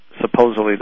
Supposedly